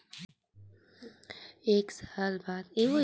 एक साल बाद पटाना रहिथे अगर रिनवल कराबे त रिनवल करा सकथस तुंरते पटाके